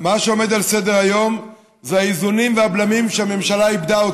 מה שעומד על סדר-היום זה האיזונים והבלמים שהממשלה איבדה.